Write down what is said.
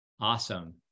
Awesome